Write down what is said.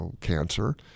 cancer